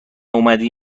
اومدی